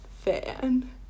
fan